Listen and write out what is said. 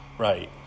right